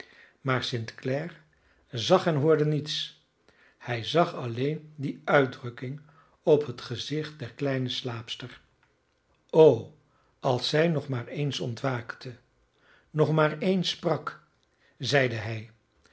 maar st clare zag en hoorde niets hij zag alleen die uitdrukking op het gezicht der kleine slaapster o als zij nog maar eens ontwaakte nog maar eens sprak zeide hij